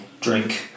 drink